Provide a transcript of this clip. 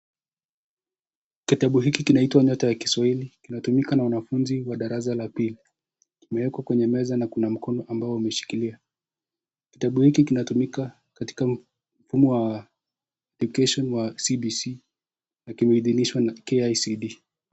Kitabu hiki kinaitwa nyota ya kiswahili, kinatumika na wanafunzi wa darasa la pili, imewekwa kwenye meza na kuna mkono ambao umeshikilia. Kitabu hiki kinatumika katika mfumo wa education wa cbc na kimeidhinishwa na KICD.